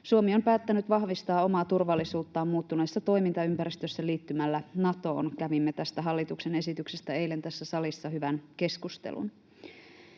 Suomi on päättänyt vahvistaa omaa turvallisuuttaan muuttuneessa toimintaympäristössä liittymällä Natoon — kävimme tästä hallituksen esityksestä eilen hyvän keskustelun